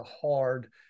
hard